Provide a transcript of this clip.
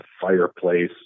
fireplace